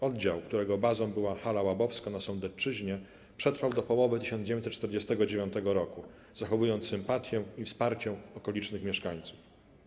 Oddział, którego bazą była Hala Łabowska na Sądecczyźnie, przetrwał do połowy 1949 roku, zachowując sympatię i wsparcie okolicznych mieszkańców.